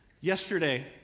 Yesterday